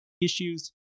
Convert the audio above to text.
issues